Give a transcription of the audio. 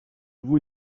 vous